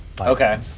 Okay